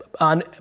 on